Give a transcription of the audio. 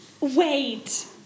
Wait